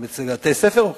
גם בבתי-ספר אוכלים.